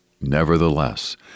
Nevertheless